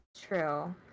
True